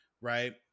right